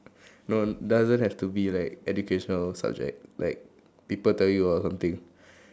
no doesn't have to be like educational subject like people tell you or something